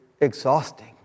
exhausting